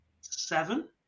seven